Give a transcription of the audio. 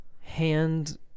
hand